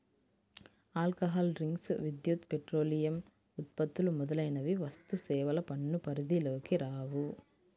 alcohol drinks, విద్యుత్, petroleum ఉత్పత్తులు మొదలైనవి వస్తుసేవల పన్ను పరిధిలోకి రావు